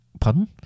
Pardon